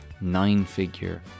nine-figure